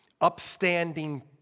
upstanding